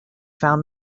found